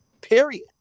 period